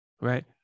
Right